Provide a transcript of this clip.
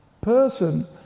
person